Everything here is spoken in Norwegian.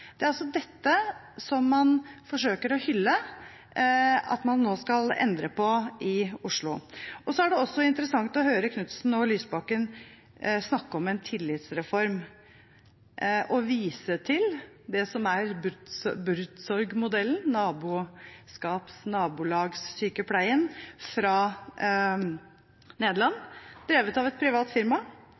Det er dette man forsøker å hylle at man nå skal endre på i Oslo. Det var også interessant å høre Knutsen og Lysbakken snakke om tillitsreform og vise til Buurtzorg-modellen, nabolagssykepleien i Nederland, drevet av et privat firma som har vunnet store deler av